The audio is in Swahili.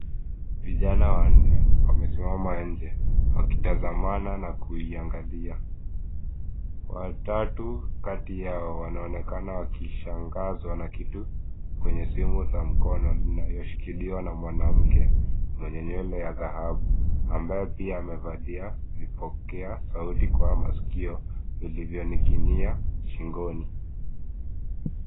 Vijana wanne wamesimama nje wakitazamana na kuiangalia. Watatu kati yao wanaonekana wakishangazwa na kitu kwenye simu za mkono inayoshikiliwa na mwanamke mwenye nywele ya dhahabu ambaye pia amevalia vipokea sauti kwa maskio vilivyoning'inia shingoni.